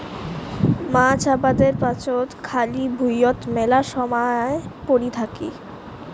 মাছ আবাদের পাচত খালি ভুঁইয়ত মেলা সমায় পরি থাকি